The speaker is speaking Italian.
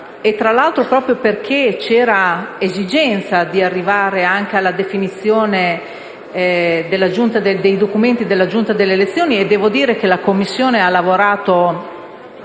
tra l'altro proprio perché c'era l'esigenza di arrivare alla definizione dei documenti della Giunta delle elezioni e devo dire che la Commissione ha lavorato